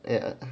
ya